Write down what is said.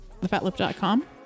thefatlip.com